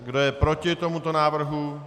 Kdo je proti tomuto návrhu?